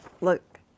look